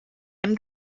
hem